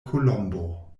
kolombo